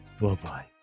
Bye-bye